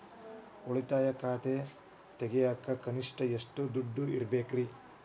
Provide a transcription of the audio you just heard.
ಉಳಿತಾಯ ಖಾತೆ ತೆಗಿಯಾಕ ಕನಿಷ್ಟ ಎಷ್ಟು ದುಡ್ಡು ಇಡಬೇಕ್ರಿ?